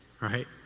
right